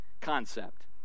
concept